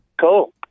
Cool